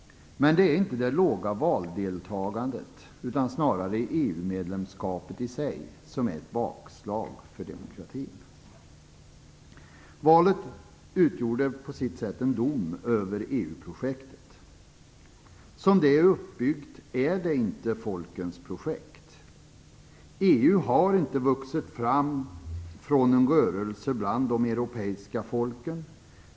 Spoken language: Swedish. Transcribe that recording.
Men det är inte det låga valdeltagandet utan snarare EU-medlemskapet i sig som är ett bakslag för demokratin. Valet utgjorde på sitt sätt en dom över EU projektet. Som detta är uppbyggt är det inte folkens projekt. EU har inte vuxit fram från en rörelse bland de europeiska folken.